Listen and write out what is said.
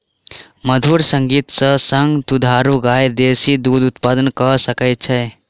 मधुर संगीत के संग दुधारू गाय बेसी दूध उत्पादन कअ सकै छै